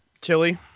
Tilly